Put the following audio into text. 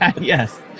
Yes